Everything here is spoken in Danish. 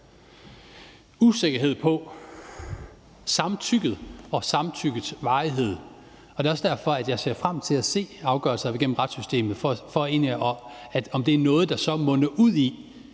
usikkerhed om samtykket og samtykkets varighed, og det er også derfor, jeg ser frem til at se, om afgørelser gennem retssystemet mon er noget, der så munder ud i,